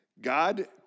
God